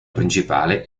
principale